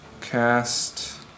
cast